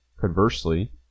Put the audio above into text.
conversely